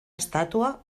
estàtua